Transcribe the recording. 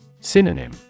Synonym